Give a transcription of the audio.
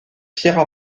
pierres